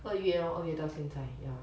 二月 lor 二月到现在